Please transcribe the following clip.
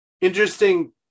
Interesting